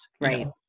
right